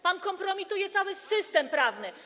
Pan kompromituje cały system prawny.